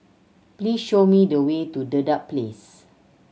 please show me the way to Dedap Place